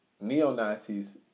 neo-Nazis